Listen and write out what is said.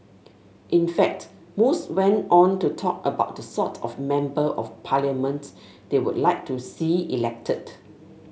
in fact most went on to talk about the sort of Member of Parliament they would like to see elected